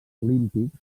olímpics